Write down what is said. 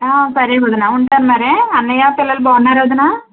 సరే వదినా ఉంటాను మరే అన్నయ్య పిల్లలు బాగున్నారా వదినా